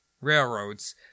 Railroads